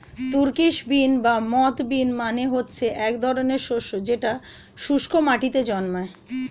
Turkish bean বা moth bean মানে হচ্ছে এক ধরনের শস্য যেটা শুস্ক মাটিতে জন্মায়